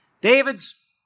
David's